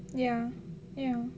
ya ya